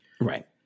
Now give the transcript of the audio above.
Right